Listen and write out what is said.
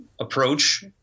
approach